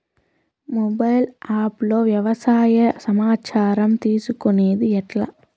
Mobile app లో వ్యవసాయ సమాచారం తీసుకొనేది ఎట్లా?